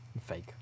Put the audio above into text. fake